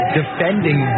defending